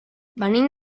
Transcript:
venim